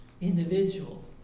individual